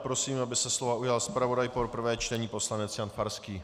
Prosím, aby se slova ujal zpravodaj pro prvé čtení poslanec Jan Farský.